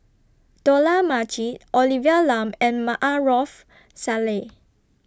Dollah Majid Olivia Lum and Maarof Salleh